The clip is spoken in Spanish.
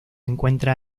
encuentra